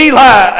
Eli